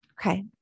Okay